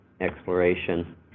Exploration